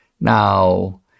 Now